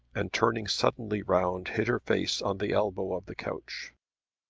and turning suddenly round, hid her face on the elbow of the couch.